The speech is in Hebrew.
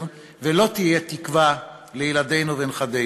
לא יהיה עתיד שקט יותר ולא תהיה תקווה לילדינו ונכדינו.